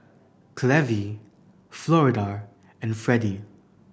Clevie Florida and Fredie